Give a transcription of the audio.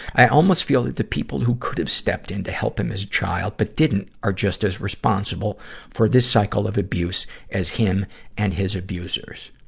i almost feel that the people who could have stepped in to help him as a child but didn't, are just as responsible for this cycle of abuse as him and his abusers.